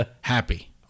happy